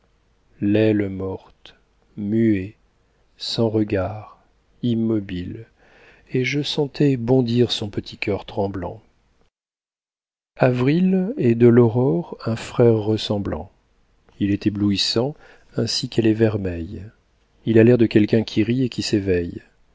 l'aile morte muet sans regard immobile et je sentais bondir son petit cœur tremblant avril est de l'aurore un frère ressemblant il est éblouissant ainsi qu'elle est vermeille il a l'air de quelqu'un qui rit et qui s'éveille